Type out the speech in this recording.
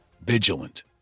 vigilant